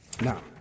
Now